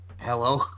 Hello